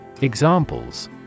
Examples